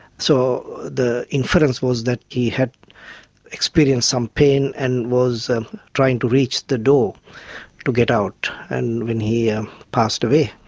so the inference was that he had experienced some pain and was trying to reach the door to get out and when he ah passed away.